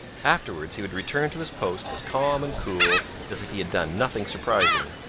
afterwards he would return to his post as calm and cool as if he had done nothing surprising,